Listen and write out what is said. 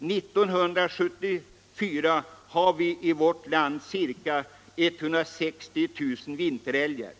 År 1974 fanns i vårt land ca 160 000 vinterälgar.